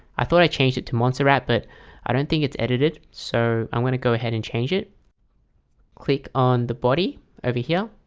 i thought i changed it to monster wrap, but i don't think it's edited so i'm going to go ahead and change it click on the body over here